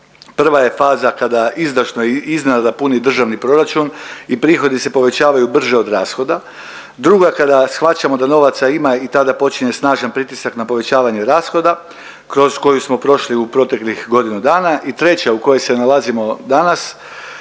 Prva je faza kada izdašno i iznenada puni državni proračun i prihodi se povećavaju brže od rashoda, druga kada shvaćamo da novaca ima i tada počinje snažan pritisak na povećanje rashoda kroz koje smo prošli u proteklih godinu dana